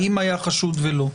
האם היה חשוד או לא.